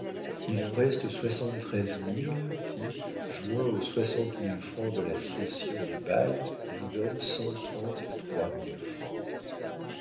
il en reste soixante-treize mille qui joints aux soixante mille francs de la cession du bail vous donnent cent trente-trois mille francs